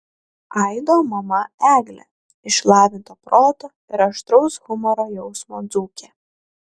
aido mama eglė išlavinto proto ir aštraus humoro jausmo dzūkė